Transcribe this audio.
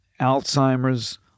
Alzheimer's